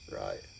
Right